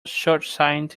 shortsighted